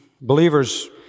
Believers